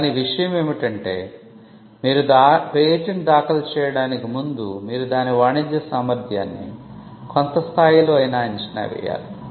కానీ విషయం ఏమిటంటే మీరు పేటెంట్ దాఖలు చేయడానికి ముందు మీరు దాని వాణిజ్య సామర్థ్యాన్ని కొంత స్థాయిలో అయినా అంచనా వేయాలి